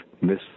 miss